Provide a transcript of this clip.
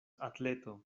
atleto